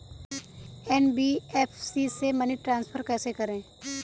NBFC से money transfer कैसे करें?